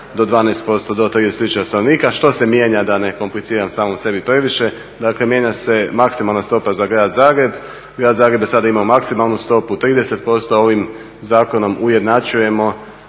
do 12% do 30000 stanovnika. Što se mijenja da ne kompliciram samom sebi previše? Dakle, mijenja se maksimalna stopa za grad Zagreb. Grad Zagreb je sada imao maksimalnu stopu 30%. Ovim zakonom ujednačujemo